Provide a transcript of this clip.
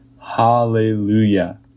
Hallelujah